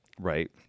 right